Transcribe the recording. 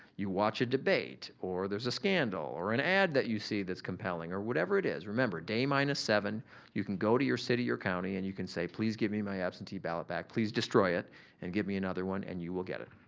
you watch a debate or there's a scandal or an ad that you see that's compelling or whatever it is, remember day minus seven you can go to your city or county and you can say please give me my absentee ballot back. please destroy it and give me another one and you will get it.